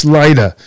later